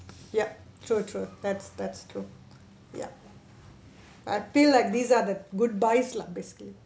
yup true true that's that's true ya I feel like these are the good buys lah basically